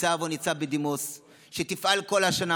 ניצב או ניצב בדימוס שתפעל כל השנה,